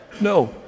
No